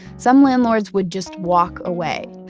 some landlords would just walk away.